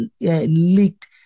leaked